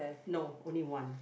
no only one